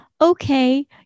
okay